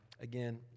again